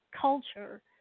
culture